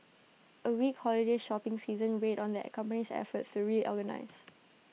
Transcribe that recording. A weak holiday shopping season weighed on the company's efforts to reorganise